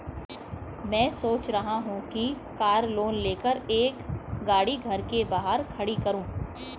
मैं सोच रहा हूँ कि कार लोन लेकर एक गाड़ी घर के बाहर खड़ी करूँ